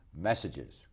messages